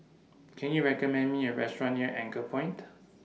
Can YOU recommend Me A Restaurant near Anchorpoint